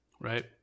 right